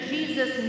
Jesus